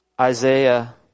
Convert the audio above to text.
Isaiah